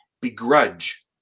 begrudge